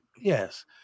Yes